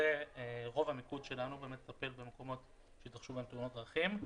רוב המיקוד שלנו מטפל במקומות שהתרחשו בהם תאונות דרכים.